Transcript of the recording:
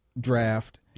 draft